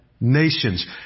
nations